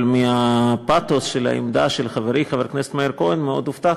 אבל מהפתוס של העמדה של חברי חבר הכנסת מאיר כהן מאוד הופתעתי,